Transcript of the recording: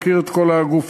מכיר את כל הגופים.